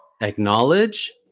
acknowledge